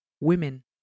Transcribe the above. women